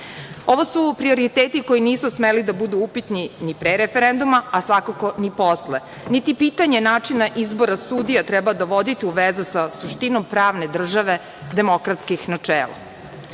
Ovo su prioriteti koji nisu smeli da budu upitni ni pre referenduma, a svakako ni posle, niti pitanje načina izbora sudija treba dovoditi u vezu sa suštinom pravne države demokratskih načela. Kao